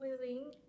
willing